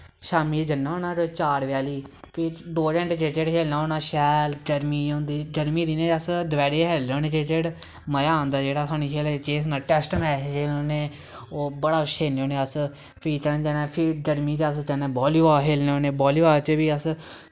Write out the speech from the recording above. शाम्मी जन्ना होन्ना चार बज़े हारी फ्ही दो घैंटे क्रिकेट खेलना होन्ना शैल गर्मी होंदी गर्मियें दे दिनें अस दपैह्रीं गै खेलने होन्ने क्रिकेट मज़ा औंदा जेह्ड़ा सानू खेलने केह् सनाचै टैस्ट मैच खेलने ओह् बड़ा खेलने होने अस फ्ही कदें कदें फ्ही गर्मी च अस कन्नै बालीबाल खेलने होन्ने बालीबाल च बी अस